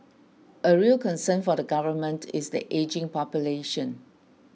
a real concern for the government is the ageing population